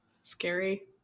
scary